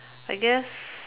I guess